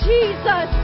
Jesus